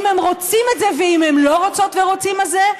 אם הם רוצים את זה ואם הם לא רוצות ורוצים את זה,